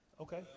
Okay